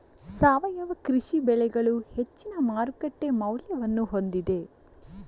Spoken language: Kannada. ಸಾವಯವ ಕೃಷಿ ಬೆಳೆಗಳು ಹೆಚ್ಚಿನ ಮಾರುಕಟ್ಟೆ ಮೌಲ್ಯವನ್ನು ಹೊಂದಿದೆ